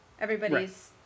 everybody's